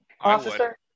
officer